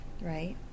Right